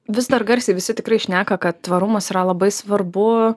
vis dar garsiai visi tikrai šneka kad tvarumas yra labai svarbu